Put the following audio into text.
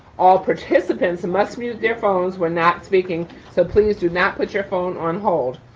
all participants and must mute their phones when not speaking. so please do not put your phone on hold.